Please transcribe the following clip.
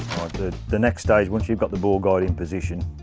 the the next stage, once you've got the bore guide in position,